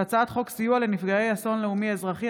הצעת חוק סיוע לנפגעי אסון לאומי-אזרחי,